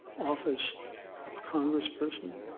office of congress person,